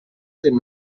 dei